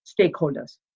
stakeholders